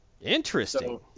Interesting